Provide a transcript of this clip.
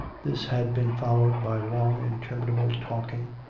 this had been followed by long inter minable talking,